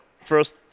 first